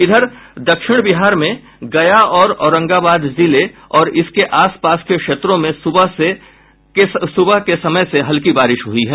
इधर दक्षिण बिहार में गया तथा औरंगाबाद जिले और इसके आस पास के क्षेत्रों में सुबह के समय हल्की बारिश हुई है